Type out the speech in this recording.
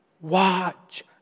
Watch